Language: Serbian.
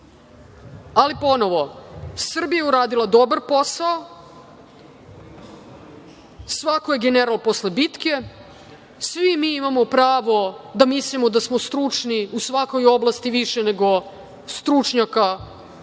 vam. Ponovo, Srbija je uradila dobar posao. Svako je general posle bitke. Svi mi imamo pravo da mislimo da smo stručni u svakoj oblasti više nego stručnjaka koji